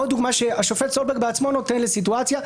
עוד דוגמה שהשופט סולברג בעצמו נותן לסיטואציה,